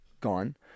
gone